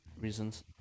reasons